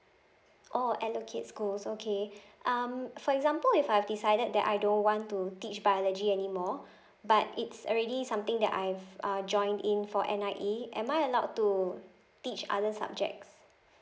oh allocate schools okay um for example if I decided that I don't want to teach biology anymore but it's already something that I've uh join in for N_I_E am I allowed to teach other subjects